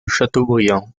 chateaubriand